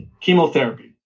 chemotherapy